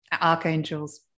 archangels